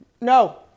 No